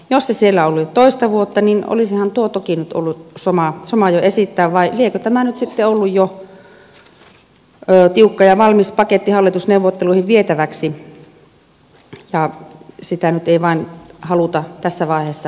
jos se siellä on ollut jo toista vuotta niin olisihan tuo toki nyt ollut soma jo esittää vai liekö tämä nyt sitten ollut jo tiukka ja valmis paketti hallitusneuvotteluihin vietäväksi ja sitä nyt ei vain haluta tässä vaiheessa tunnustaa